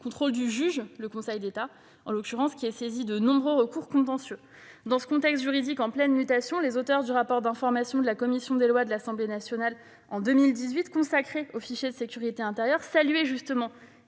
contrôle du juge, en l'occurrence le Conseil d'État, saisi de nombreux recours contentieux. Dans ce contexte juridique en pleine mutation, les auteurs du rapport d'information de la commission des lois de l'Assemblée nationale consacré aux fichiers de sécurité intérieure, en 2018, saluaient